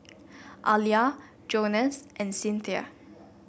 Alia Jonas and Cinthia